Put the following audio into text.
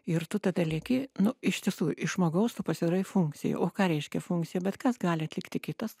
ir tu tada lieki nu iš tiesų iš žmogaus tu pasidarai funkcija o ką reiškia funkcija bet kas gali atlikti kitas